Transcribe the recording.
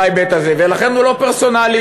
בהיבט הזה, ולכן הוא לא פרסונלי.